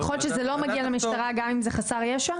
יכול להיות שזה לא מגיע למשטרה גם אם זה חסר ישע?